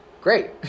Great